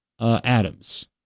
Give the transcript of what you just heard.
Adams